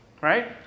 Right